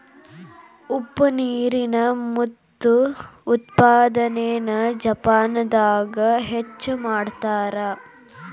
ಉಪ್ಪ ನೇರಿನ ಮುತ್ತು ಉತ್ಪಾದನೆನ ಜಪಾನದಾಗ ಹೆಚ್ಚ ಮಾಡತಾರ